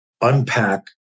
unpack